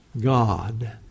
God